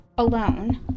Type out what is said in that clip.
Alone